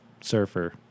surfer